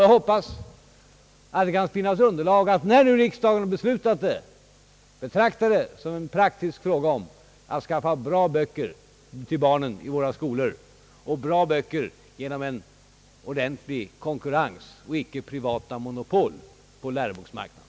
Jag hoppas att det finns underlag för att efter riksdagens beslut betrakta detta som en praktisk fråga om att skaffa bra böcker åt barnen vid våra skolor och bra böcker genom en ordentlig konkurrens i stället för privata monopol på läroboksmarknaden.